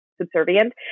subservient